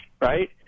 right